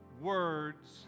words